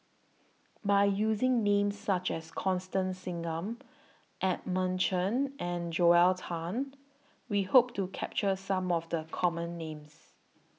By using Names such as Constance Singam Edmund Chen and Joel Tan We Hope to capture Some of The Common Names